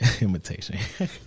imitation